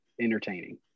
entertaining